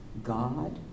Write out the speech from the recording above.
God